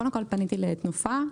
קודם כל פניתי לתנופה.